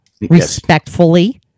respectfully